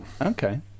Okay